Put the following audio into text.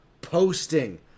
posting